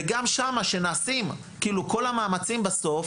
וגם שם כשנעשים כל המאמצים בסוף,